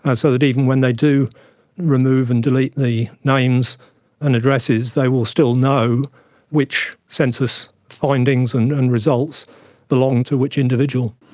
ah so that even when they do remove and delete the names and addresses they will still know which census findings and and results belong to which individual.